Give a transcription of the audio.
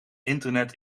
internet